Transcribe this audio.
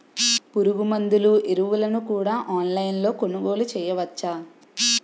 పురుగుమందులు ఎరువులను కూడా ఆన్లైన్ లొ కొనుగోలు చేయవచ్చా?